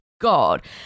God